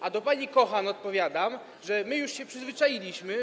A pani Kochan odpowiadam, że my już się przyzwyczailiśmy.